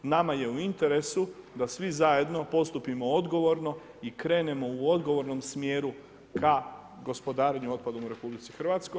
Nama je u interesu da svi zajedno postupimo odgovorno i krenemo u odgovornom smjeru ka gospodarenju otpadom u RH.